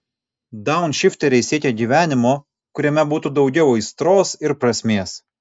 daunšifteriai siekia gyvenimo kuriame būtų daugiau aistros ir prasmės